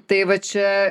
tai va čia